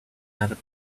arab